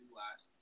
last